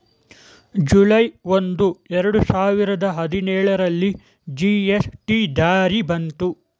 July ಒಂದು, ಎರಡು ಸಾವಿರದ ಹದಿನೇಳರಲ್ಲಿ ಜಿ.ಎಸ್.ಟಿ ಜಾರಿ ಬಂತು